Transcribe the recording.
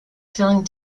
filling